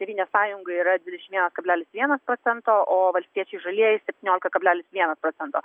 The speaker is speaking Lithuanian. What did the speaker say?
tėvynės sąjunga yra dvidešim vienas kablelis vienas procento o valstiečiai žalieji septyniolika keblelis vienas procento